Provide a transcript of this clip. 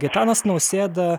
gitanas nausėda